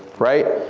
right?